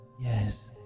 Yes